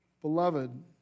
Beloved